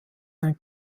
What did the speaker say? ein